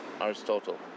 Aristotle